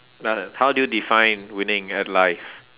like how do you define winning at life